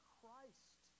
Christ